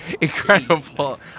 incredible